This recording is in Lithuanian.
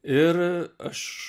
ir aš